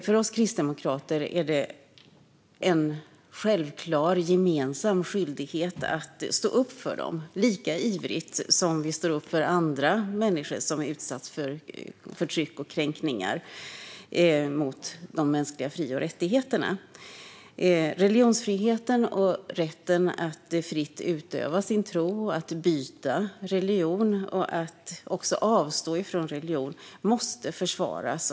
För oss kristdemokrater är det en självklar gemensam skyldighet att stå upp för dem lika ivrigt som vi står upp för andra människor som utsätts för förtryck och kränkningar av de mänskliga fri och rättigheterna. Religionsfriheten och rätten att fritt utöva sin tro, att byta religion och att avstå från religion måste försvaras.